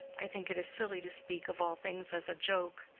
i think it is silly to speak of all things as a joke.